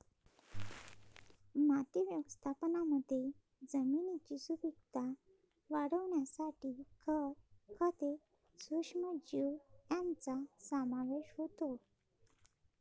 माती व्यवस्थापनामध्ये जमिनीची सुपीकता वाढवण्यासाठी खत, खते, सूक्ष्मजीव यांचा समावेश होतो